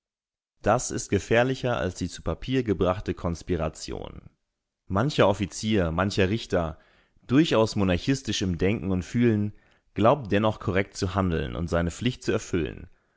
das ist gefährlicher als die zu papier gebrachte konspiration mancher offizier mancher richter durchaus monarchistisch im denken und fühlen glaubt dennoch korrekt zu handeln und seine pflicht zu erfüllen